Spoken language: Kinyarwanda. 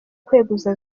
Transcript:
kweguza